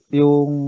yung